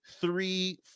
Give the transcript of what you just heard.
three